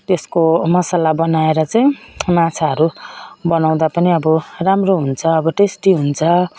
त्यसको मसाला बनाएर चाहिँ माछाहरू बनाउँदा पनि अब राम्रो हुन्छ अब टेस्टी हुन्छ